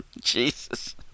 Jesus